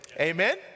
Amen